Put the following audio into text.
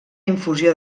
infusió